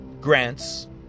Grants